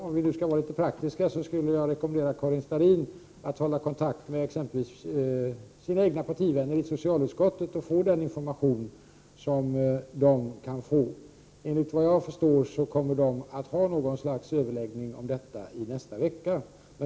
Om vi skall vara litet praktiska skulle jag rekommendera Karin Starrin att hålla kontakt med exempelvis sina egna partivänner i socialutskottet och få den information som de kan ha. Enligt vad jag förstår kommer de att ha något slags överläggning i denna fråga i nästa vecka.